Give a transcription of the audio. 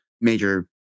major